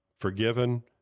forgiven